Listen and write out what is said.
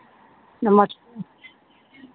नमस्ते